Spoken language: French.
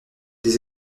des